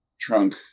trunk